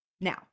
Now